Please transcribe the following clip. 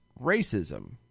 racism